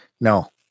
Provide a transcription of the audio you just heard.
No